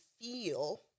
feel